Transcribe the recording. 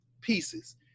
pieces